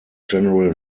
general